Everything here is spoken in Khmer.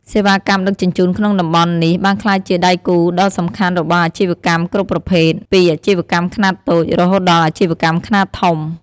សេវាកម្មដឹកជញ្ជូនក្នុងតំបន់នេះបានក្លាយជាដៃគូដ៏សំខាន់របស់អាជីវកម្មគ្រប់ប្រភេទ ពីអាជីវកម្មខ្នាតតូចរហូតដល់អាជីវកម្មខ្នាតធំ។